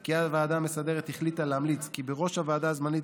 כי הוועדה המסדרת החליטה להמליץ כי בראש הוועדה הזמנית